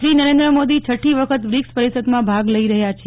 શ્રી નરેન્દ્ર મોદી છઠી વખત બ્રિક્સ પરિષદમાં ભાગ લઈ રહ્યા છે